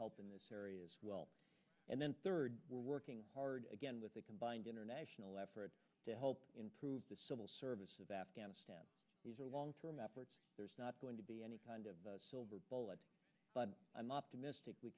help in this area as well and then third we're working hard again with a combined international effort to help improve the civil service of afghanistan these are long term efforts there's not going to be any kind of silver bullet but i'm optimistic we